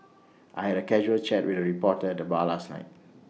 I had A casual chat with A reporter at the bar last night